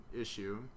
issue